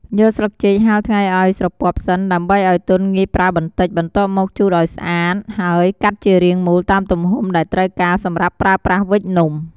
យកស្លឹកចេកហាលថ្ងៃឱ្យស្រពាប់សិន ដើម្បីឱ្យទន់ងាយប្រើបន្តិច បន្ទាប់មកជូតឱ្យស្អាតហើយកាត់ជារាងមូលតាមទំហំដែលត្រូវការសម្រាប់ប្រើប្រាស់វេចនំ។